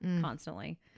constantly